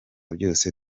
byose